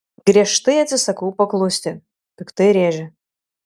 griežtai atsisakau paklusti piktai rėžia